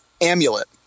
Amulet